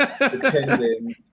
depending